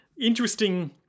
interesting